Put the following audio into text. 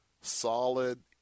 solid